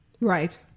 Right